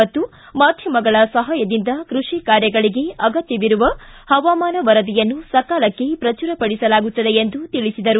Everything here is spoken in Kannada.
ಮತ್ತು ಮಾಧ್ಯಮಗಳ ಸಹಾಯದಿಂದ ಕೃಷಿ ಕಾರ್ಯಗಳಿಗೆ ಅಗತ್ಯವಿರುವ ಹವಾಮಾನ ವರದಿಯನ್ನು ಸಕಾಲಕ್ಕೆ ಪ್ರಚುರಪಡಿಸಲಾಗುತ್ತದೆ ಎಂದು ತಿಳಿಸಿದರು